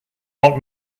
want